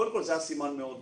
קודם כול זה היה סימן טוב מאוד.